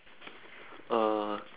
uh